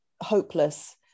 hopeless